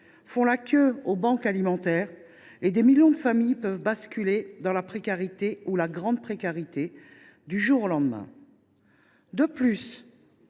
font la queue devant les banques alimentaires. Et des millions de familles peuvent basculer dans la précarité ou la grande précarité du jour au lendemain. De plus,